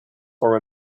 for